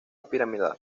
piramidal